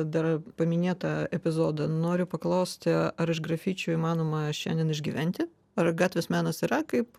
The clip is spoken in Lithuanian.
dar paminėtą epizodą noriu paklausti ar iš grafičių įmanoma šiandien išgyventi ar gatvės menas yra kaip